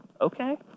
okay